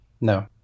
No